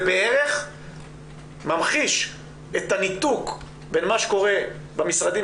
וזה בערך ממחיש את הניתוק בין מה שקורה במשרדים